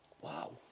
Wow